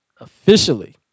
officially